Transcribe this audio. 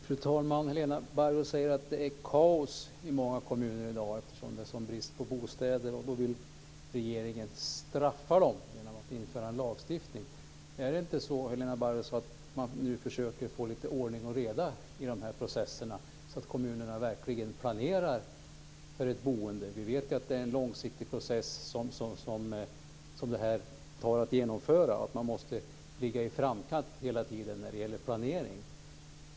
Fru talman! Helena Bargholtz säger att det är kaos i många kommuner i dag, eftersom det är en sådan brist på bostäder, och att regeringen då vill straffa dem genom att införa en lagstiftning. Är det inte så, Helena Bargholtz, att man nu försöker få lite ordning och reda i de här processerna så att kommunerna verkligen planerar för ett boende? Vi vet ju att detta är en långsiktig process som tar tid att genomföra och att man måste ligga i framkant hela tiden när det gäller planering.